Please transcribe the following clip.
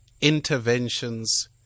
interventions